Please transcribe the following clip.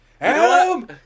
Adam